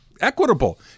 equitable